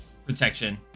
Protection